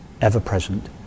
ever-present